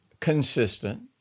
consistent